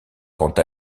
quant